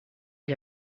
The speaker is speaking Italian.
gli